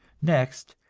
next,